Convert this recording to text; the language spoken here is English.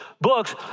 books